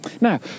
Now